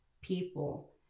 people